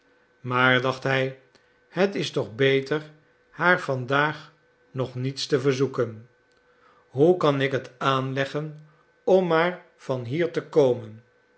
maar dacht hij het is toch beter haar vandaag nog niets te verzoeken hoe kan ik het aanleggen om maar van hier te komen